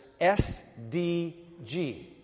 SDG